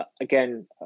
again